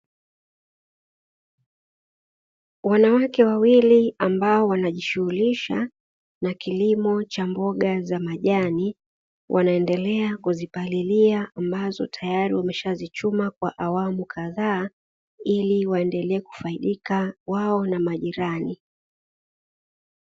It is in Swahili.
Wanawake wawili ambao wanajishughulisha na kilimo cha mboga za majani, wanaendelea kuzipalilia ambazo tayari wameshazichuma kwa awamu kadhaa, ili waendelee kufaidika wao na majirani.